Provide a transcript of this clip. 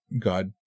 God